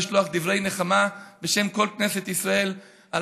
לשלוח דברי נחמה בשם כל כנסת ישראל על